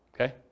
Okay